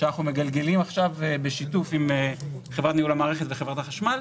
שאנחנו מגלגלים עכשיו בשיתוף עם חברת ניהול המערכת וחברת החשמל.